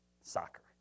soccer